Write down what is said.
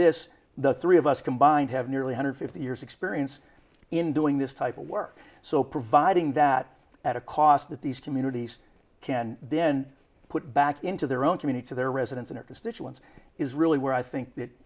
this the three of us combined have nearly a hundred fifty years experience in doing this type of work so providing that at a cost that these communities can then put back into their own community to their residents in our constituents is really where i think